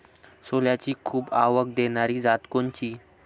सोल्याची खूप आवक देनारी जात कोनची?